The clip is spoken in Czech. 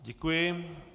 Děkuji.